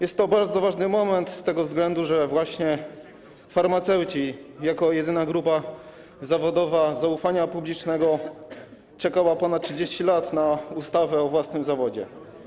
Jest to bardzo ważny moment z tego względu, że właśnie farmaceuci jako jedyna grupa zawodowa zaufania publicznego czekali ponad 30 lat na ustawę o własnym zawodzie.